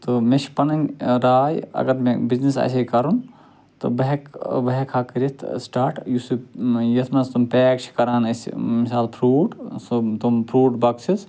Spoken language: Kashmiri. تہٕ مےٚ چھِ پَنٕنۍ ٲں راے اگر مےٚ بِزنیٚس آسہِ ہے کَرُن تہٕ بہٕ ہیٚکہٕ ٲں بہٕ ہیٚکہٕ ہا کٔرِتھ سِٹارٹ یُس یہِ یَتھ منٛز تِم پیک چھِ کَران أسۍ مِثال فرٛوٗٹ سُہ تِم فرٛوٗٹ بۄکسِز